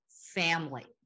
family